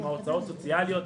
עם ההוצאות הסוציאליות,